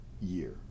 year